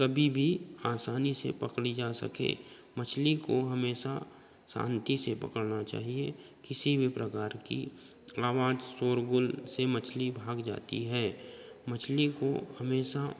कभी भी आसानी से पकड़ी जा सके मछली को हमेशा शांति से पकड़ना चाहिए किसी भी प्रकार की आवाज़ शोरगुल से मछली भाग जाती है मछली को हमेशा